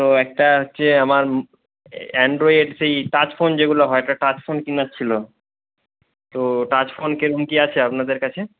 তো একটা হচ্ছে আমার অ্যান্ড্রয়েড সেই টাচ ফোন যেগুলো হয় একটা টাচ ফোন কেনার ছিল তো টাচ ফোন কেমন কী আছে আপনাদের কাছে